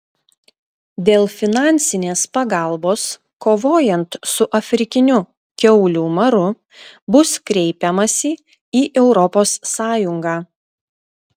dėl finansinės pagalbos kovojant su afrikiniu kiaulių maru bus kreipiamasi į europos sąjungą